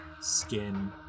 skin